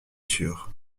sûr